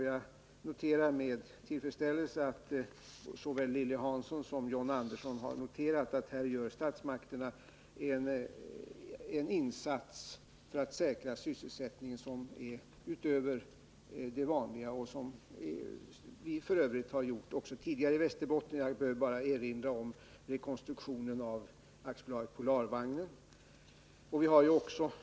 Jag konstaterar med tillfredsställelse att såväl Lilly Hansson som John Andersson har noterat att statsmakterna här gör insatser utöver det vanliga för att säkra sysselsättningen, insatser av ett slag som vi f. ö. har gjort också tidigare i Västerbotten. Jag behöver bara erinra om rekonstruktionen av AB Polarvagnen.